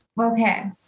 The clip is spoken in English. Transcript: Okay